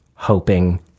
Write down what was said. hoping